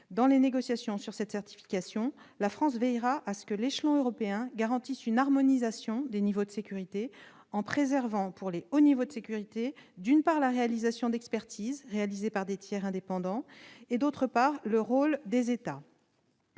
Dans les négociations sur la certification, la France veillera à ce que l'échelon européen garantisse une harmonisation des niveaux de sécurité, en préservant, pour les hauts niveaux de sécurité, d'une part, la réalisation d'expertises réalisées par des tiers indépendants et, d'autre part, le rôle des États.